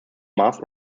math